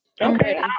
Okay